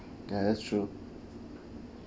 ya that's true